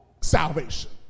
salvation